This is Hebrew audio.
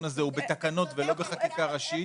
הוא בתקנות ולא בחקיקה ראשית,